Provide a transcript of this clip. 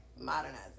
modernize